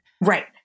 Right